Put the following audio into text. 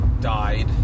died